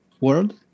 world